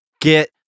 get